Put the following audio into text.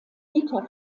beta